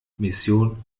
mission